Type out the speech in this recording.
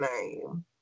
name